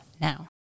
now